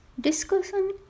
Discussion